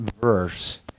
verse